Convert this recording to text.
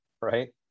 right